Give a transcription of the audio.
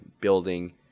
building